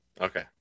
Okay